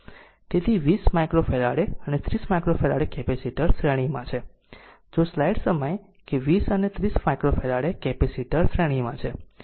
તેથી 20 માઈક્રોફેરાડે અને 30 microfarad capacitor શ્રેણીમાં છે જો સ્લાઈડ સમય કે 20 અને 30 માઈક્રોફેરાડે કેપેસિટર શ્રેણીમાં છે